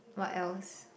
what else